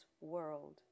world